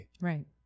Right